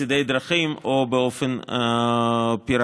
בצידי דרכים או באופן פיראטי.